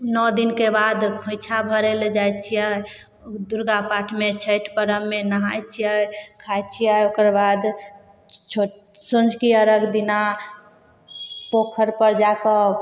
नओ दिनके बाद खोंइछा भरय लए जाइ छियै दुर्गा पाठमे छठि पर्वमे नहाय छियै खाइ छियै ओकर बाद छो सँझुके अर्घ दिना पोखरिपर जा कऽ